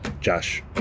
Josh